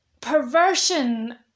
perversion